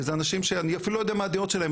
וזה אנשים שאני אפילו לא יודע מה הדעות שלהם,